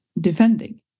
defending